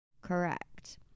Correct